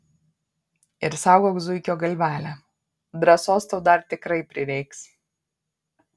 ir saugok zuikio galvelę drąsos tau dar tikrai prireiks